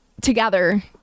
together